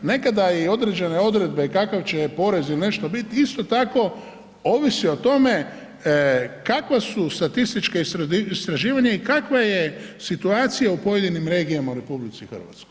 Nekada i određene odredbe kakav će porez il nešto bit, isto tako ovisi o tome kakva su statistička istraživanja i kakva je situacija u pojedinim regijama u RH.